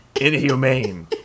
inhumane